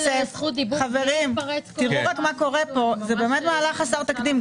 זה באמת מהלך חסר תקדים: